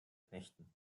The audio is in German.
knechten